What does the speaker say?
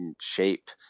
shape